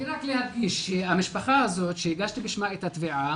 רק להדגיש, המשפחה הזאת שהגשתי בשמה את התביעה,